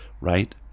right